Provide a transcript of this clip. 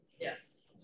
Yes